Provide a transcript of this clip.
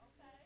Okay